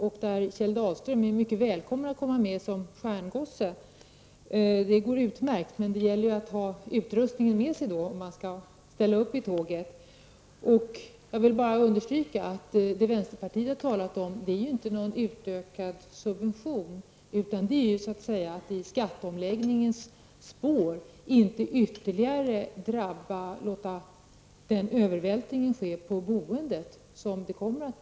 Kjell Dahlström är mycket välkommen att komma med som stjärngosse, men om han skall ställa upp i tåget gäller det att han har utrustningen med sig. Jag vill understryka att vad vänsterpartiet talat om inte är någon utökad subvention, utan vad vi vill är att det i skatteomläggningens spår inte skall bli någon ytterligare övervältring på boendet.